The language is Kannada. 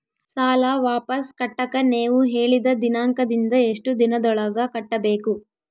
ಸಾಲ ವಾಪಸ್ ಕಟ್ಟಕ ನೇವು ಹೇಳಿದ ದಿನಾಂಕದಿಂದ ಎಷ್ಟು ದಿನದೊಳಗ ಕಟ್ಟಬೇಕು?